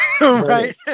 right